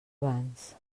abans